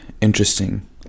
interesting